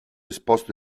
esposto